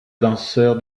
danseur